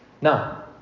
Now